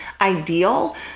ideal